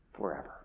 forever